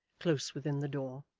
close within the door.